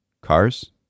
cars